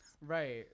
right